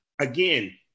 again